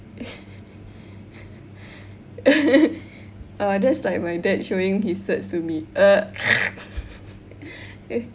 uh that's like my dad showing his certs to me